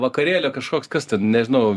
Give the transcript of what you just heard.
vakarėlio kažkoks kas ten nežinau